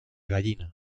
gallina